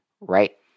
right